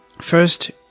first